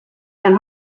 and